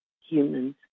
humans